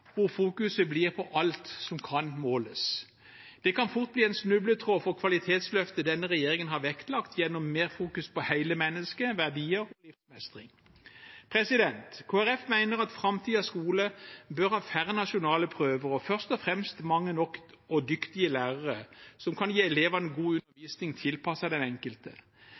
hvor fokuset blir på alt som kan måles. Det kan fort bli en snubletråd for kvalitetsløftet denne regjeringen har vektlagt, gjennom mer fokus på hele mennesket, verdier og livsmestring. Kristelig Folkeparti mener at framtidens skole bør ha færre nasjonale prøver og først og fremst mange nok og dyktige lærere, som kan gi elevene god undervisning tilpasset den enkelte.